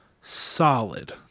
solid